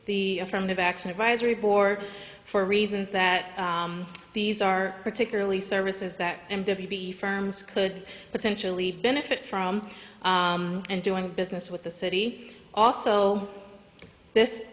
the affirmative action advisory board for reasons that these are particularly services that firms could potentially benefit from and doing business with the city also this